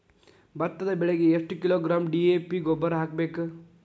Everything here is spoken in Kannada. ಭತ್ತದ ಬೆಳಿಗೆ ಎಷ್ಟ ಕಿಲೋಗ್ರಾಂ ಡಿ.ಎ.ಪಿ ಗೊಬ್ಬರ ಹಾಕ್ಬೇಕ?